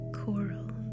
coral